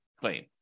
claim